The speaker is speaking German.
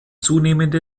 zunehmende